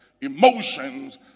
emotions